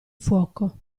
fuoco